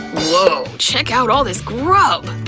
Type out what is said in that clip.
woah! check out all this grub!